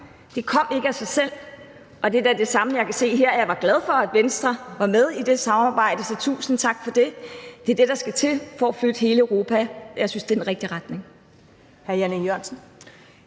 Det kom ikke af sig selv. Det er da det samme, jeg kan se her. Jeg var glad for, at Venstre var med i det samarbejde, så tusind tak for det. Det er det, der skal til for at flytte hele Europa. Jeg synes, det er den rigtige retning.